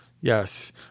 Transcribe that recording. Yes